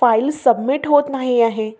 file submit होत नाही आहे